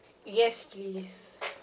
yes please